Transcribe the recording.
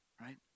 Right